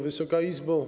Wysoka Izbo!